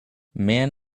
man